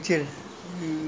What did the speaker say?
a row of houses